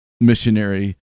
missionary